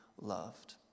loved